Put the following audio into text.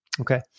okay